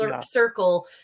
circle